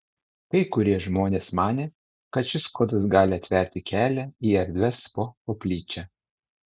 kai kurie žmonės manė kad šis kodas gali atverti kelią į erdves po koplyčia